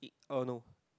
uh no